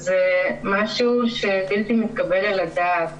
זה משהו שהוא בלתי מתקבל על הדעת.